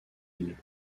île